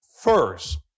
first